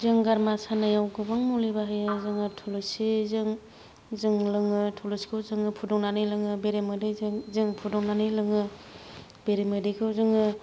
जों गारामा सानायाव गोबां मुलि बाहायो जोङो थुलुंसिजों जों लोङो थुलुंसिखौ जोंङो फुदुंनानै लोङो बेरेमोदैजों जों फुदुंनानै लोङो बेरेमोदैखौ जोङो